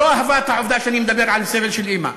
לא אהבה את העובדה שאני מדבר על סבל של אימא,